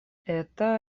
это